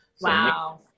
Wow